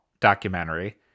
documentary